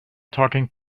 talking